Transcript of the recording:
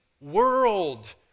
world